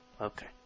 Okay